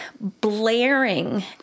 blaring